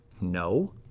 No